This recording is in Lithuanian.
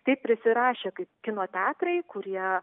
taip prisirašė kaip kino teatrai kurie